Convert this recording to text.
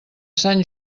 sant